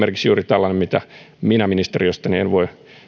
esimerkiksi juuri tällainen mitä minä ministeriöstäni en voi